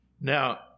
Now